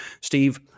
Steve